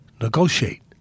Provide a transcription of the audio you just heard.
negotiate